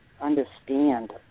understand